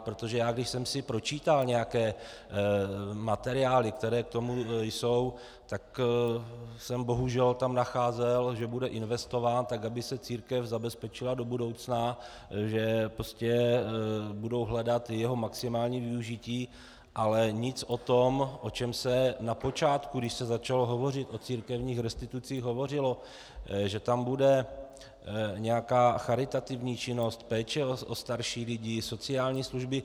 Protože když jsem si pročítal nějaké materiály, které k tomu jsou, tak jsem tam bohužel nacházel, že bude investován tak, aby se církev zabezpečila do budoucna, že budou hledat jeho maximální využití, ale nic o tom, o čem se na počátku, když se začalo hovořit o církevních restitucích, hovořilo, že tam bude nějaká charitativní činnost, péče o starší lidi, sociální služby.